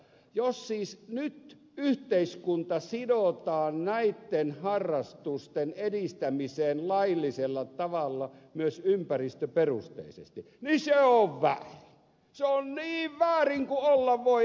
jos siis nyt yhteiskunta sidotaan näitten harrastusten edistämiseen laillisella tavalla myös ympäristöperusteisesti niin se on väärin se on niin väärin kuin olla voi ed